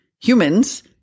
humans